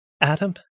Adam